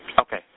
Okay